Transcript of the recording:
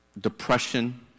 depression